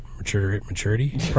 Maturity